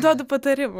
duodu patarimų